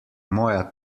moja